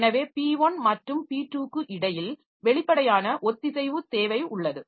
எனவே P1 மற்றும் P2 க்கு இடையில் வெளிப்படையான ஒத்திசைவு தேவை உள்ளது